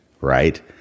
right